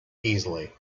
easily